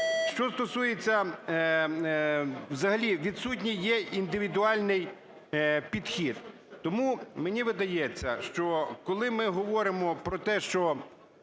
Що стосується… Взагалі відсутній є індивідуальний підхід. Тому мені видається, що коли ми говоримо про те, що